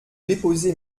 déposer